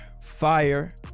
fire